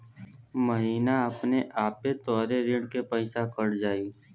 महीना अपने आपे तोहरे ऋण के पइसा कट जाई